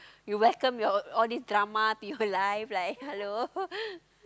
you welcome your all these drama to your life like hello